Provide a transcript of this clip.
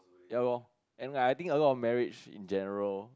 ya lor and like I think a lot of marriage in general